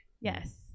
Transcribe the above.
yes